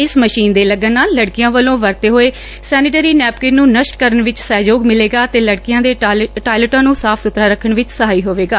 ਇਸ ਮਸ਼ੀਨ ਦੇ ਲੱਗਣ ਨਾਲ ਲੜਕੀਆ ਵਲੋ' ਵਰਤੇ ਹੋਏ ਸੈਨੇਟਰੀ ਨੈਪਕਿਨ ਨੂੰ ਨਸ਼ਟ ਕਰਨ ਵਿੱਚ ਸਹਿਯੋਗ ਮਿਲੇਗਾ ਤੇ ਲੜਕੀਆਂ ਦੇ ਟਾਇਲਟਾਂ ਨੂੰ ਸਾਫ ਸੁਥਰਾ ਰੱਖਣ ਵਿਚ ਸਹਾਈ ਹੋਵੇਗਾ